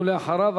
ואחריו,